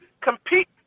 compete